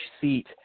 seat